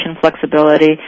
flexibility